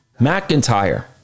McIntyre